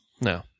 No